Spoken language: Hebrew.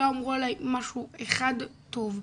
לא אמרו עליי משהו אחד טוב.